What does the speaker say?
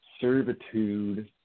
servitude